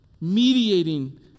mediating